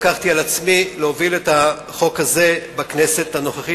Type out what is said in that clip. לקחתי על עצמי להוביל את החוק הזה בכנסת הנוכחית,